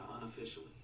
unofficially